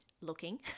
looking